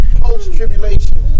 post-tribulation